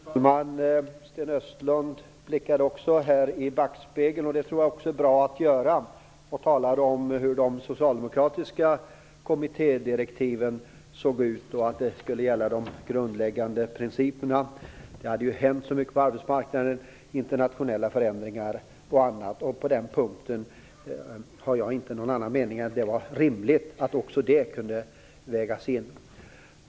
Fru talman! Sten Östlund blickade i backspegeln - och det tror jag också är bra att göra - och talade om hur de socialdemokratiska kommittédirektiven såg ut och att de skulle gälla de grundläggande principerna. Det hade ju hänt så mycket på arbetsmarknaden, internationella förändringar och annat. På den punkten har jag inte någon annan mening än att det var rimligt att också detta kunde vägas in.